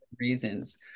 reasons